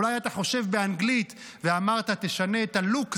אולי אתה חושב באנגלית ואמרת: תשנה את הלוק,